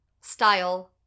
style